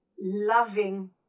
loving